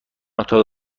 اتاق